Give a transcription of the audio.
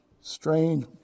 strange